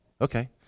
Okay